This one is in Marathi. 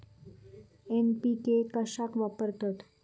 एन.पी.के कशाक वापरतत?